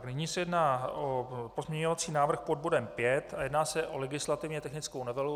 Nyní se jedná o pozměňovací návrh pod bodem 5 a jedná se o legislativně technickou novelu.